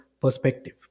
perspective